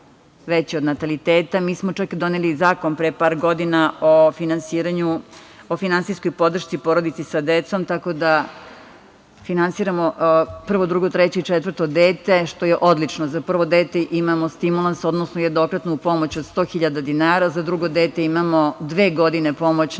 veći od nataliteta. Mi smo čak doneli zakon pre par godina o finansijskoj podršci porodica sa decom. Tako da finansiramo prvo, drugo, treće i četvrto dete, što je odlično. Za prvo dete imamo stimulans, odnosno jednokratnu pomoć od 100.000 dinara. Za drugo dete imamo dve godine pomoć